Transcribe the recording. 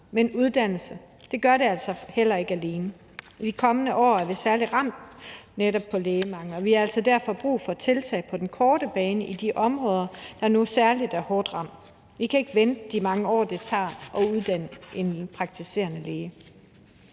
Men uddannelse gør det altså heller ikke alene. I de kommende år er vi særlig ramt netop af lægemangel, og vi har derfor brug for tiltag på den korte bane i de områder, der nu er særlig hårdt ramt. Vi kan ikke vente de mange år, det tager at uddanne en praktiserende læge.